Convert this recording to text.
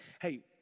hey